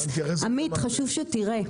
עמית חשוב שתראה.